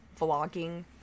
vlogging